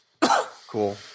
cool